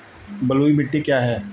बलुई मिट्टी क्या है?